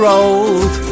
old